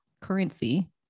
currency